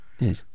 Yes